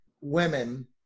women